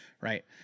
right